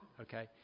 okay